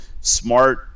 smart